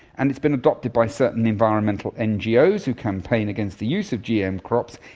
and it's been adopted by certain environmental ngos who campaign against the use of gm crops,